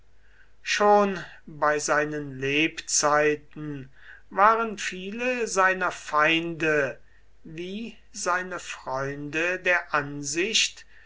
schon bei seinen lebzeiten waren viele seiner feinde wie seine freunde der ansicht